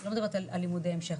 לא מלמדת על למודי המשך,